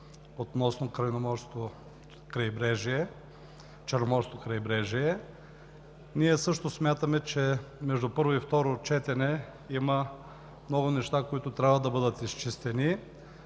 относно Черноморското крайбрежие. Ние също смятаме, че между първо и второ четене има много неща, които трябва да бъдат изчистени.